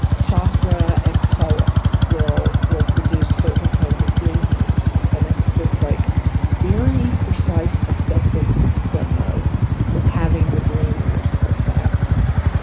chakra, and color will will produce certain kinds of dream and it's this like very precise obsessive system of having the dream you're supposed to have next.